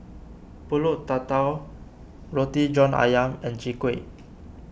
Pulut Tatal Roti John Ayam and Chwee Kueh